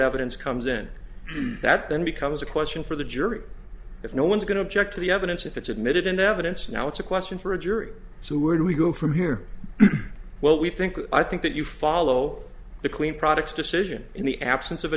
evidence comes in that then becomes a question for the jury if no one's going to object to the evidence if it's admitted into evidence now it's a question for a jury who would we go from here well we think i think that you follow the clean products decision in the absence of a